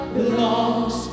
belongs